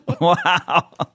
Wow